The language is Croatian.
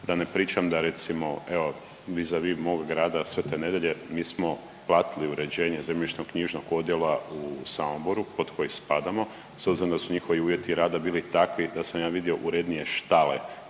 da ne pričam da recimo evo vi za vi mog grada Svete Nedelje mi smo platili uređenje zemljišno-knjižnog odjela u Samoboru pod koji spadamo s obzirom da su njihovi uvjeti rada bili takvi da sam ja vidio urednije štale